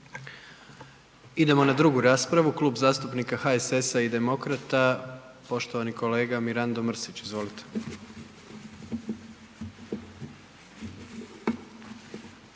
Idemo na 2. raspravu, Klub zastupnika HSS-a i Demokrata, poštovani kolega Mirando Mrsić, izvolite.